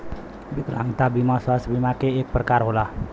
विकलागंता बिमा स्वास्थ बिमा के एक परकार होला